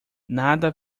nada